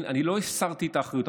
אני לא הסרתי את האחריות,